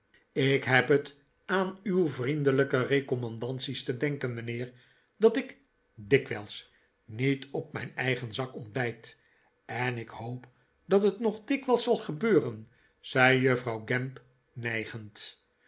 ik heb het aan uw vriendelijke recommandaties te danken mijnheer dat ik dikwijls niet op mijn eigen zak ontbijt en ik hoop dat het nog dikwijls zal gebeuren zei juffrouw gamp